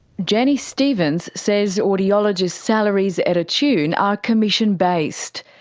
jenny stevens says audiologists' salaries at attune are commission based.